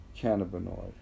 cannabinoid